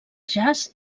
jazz